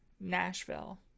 Nashville